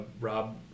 Rob